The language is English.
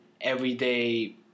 everyday